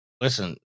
Listen